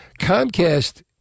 Comcast